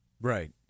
Right